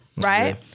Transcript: right